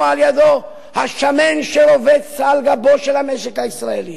על-ידו "השמן שרובץ על גבו של המשק הישראלי".